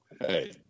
hey